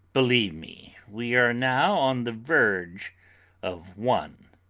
believe me, we are now on the verge of one.